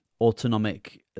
autonomic